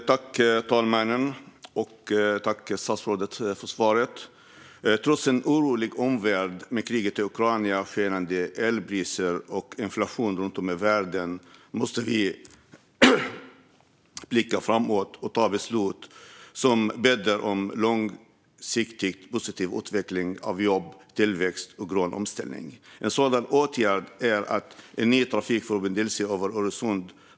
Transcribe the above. Herr talman! Jag vill tacka statsrådet för svaret. Trots en orolig omvärld med kriget i Ukraina, skenande elpriser och inflation runt om i världen måste vi blicka framåt och ta beslut som bäddar för en långsiktigt positiv utveckling av jobb, tillväxt och grön omställning. En sådan åtgärd är en ny trafikförbindelse över Öresund.